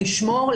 לשמור,